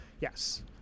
Yes